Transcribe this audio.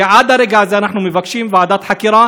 שעד הרגע הזה אנחנו מבקשים ועדת חקירה